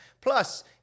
Plus